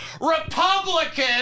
Republican